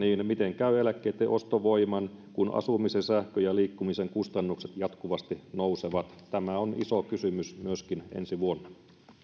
miten käy eläkkeitten ostovoiman kun asumisen sähkön ja liikkumisen kustannukset jatkuvasti nousevat tämä on iso kysymys myöskin ensi vuonna